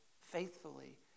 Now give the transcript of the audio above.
faithfully